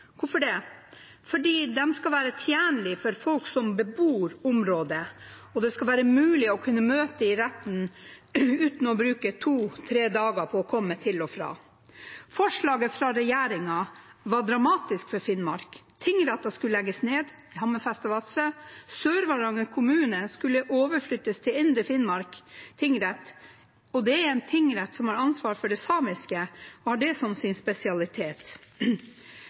Hvorfor det? Jo, fordi de skal være tjenlige for folk som bebor området, og det skal være mulig å kunne møte i retten uten å bruke to–tre dager på å komme til og fra. Forslaget fra regjeringen var dramatisk for Finnmark. Tingretter skulle legges ned i Hammerfest og Vadsø. Sør-Varanger kommune skulle overflyttes til Indre Finnmark tingrett – og det er en tingrett som har ansvar for det samiske og har det som sin spesialitet.